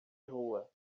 rua